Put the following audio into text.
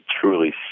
truly